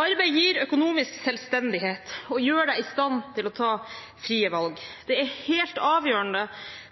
Arbeid gir økonomisk selvstendighet og gjør deg i stand til å ta frie valg. Det er helt avgjørende